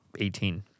18